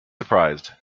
surprised